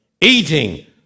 Eating